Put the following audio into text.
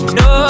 no